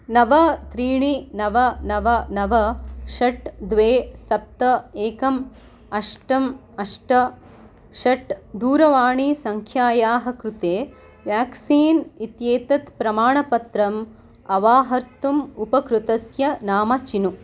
नव त्रीणि नव नव नव षट् द्वे सप्त एकम् अष्टम् अष्ट षट् दूरवाणीसङ्ख्यायाः कृते वेक्सीन् इत्येतत् प्रमाणपत्रम् अवाहर्तुम् उपकृतस्य नाम चिनु